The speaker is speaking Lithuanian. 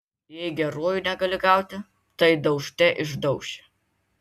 jei geruoju negali gauti tai daužte išdauši